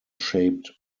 shaped